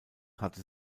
hatte